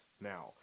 now